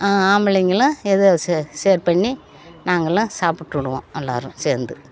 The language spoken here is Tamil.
ஆம்பளைங்கலெலாம் எதாவது ஷே ஷேர் பண்ணி நாங்கலாம் சாப்பிட்டுடுவோம் எல்லோரும் சேர்ந்து